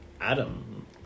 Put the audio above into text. Adam